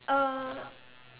uh